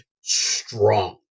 strong